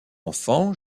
enfants